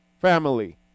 family